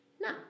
No